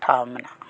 ᱴᱷᱟᱶ ᱢᱮᱱᱟᱜᱼᱟ